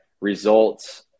results